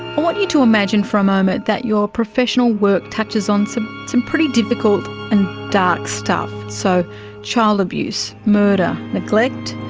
want you to imagine for a moment that your professional work touches on some some pretty difficult and dark stuff, so child abuse, murder, neglect,